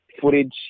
footage